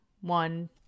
one